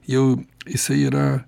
jau jisai yra